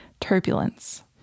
turbulence